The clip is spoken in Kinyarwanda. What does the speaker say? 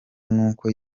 nuko